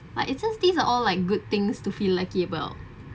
like it just these are all like good things to feel lucky about